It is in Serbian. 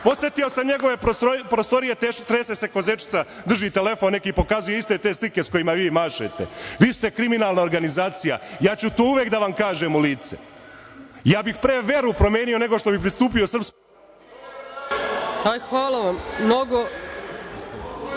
posetio sam njegove prostorije, trese se ko zečica, drži neki telefon i pokazuje iste te slike sa kojima vi mašete. Vi ste kriminalna organizacija, ja ću to uvek da vam kažem u lice, ja bih pre veru promenio, nego što bih pristupio SNS. **Ana Brnabić** Hvala vam mnogo.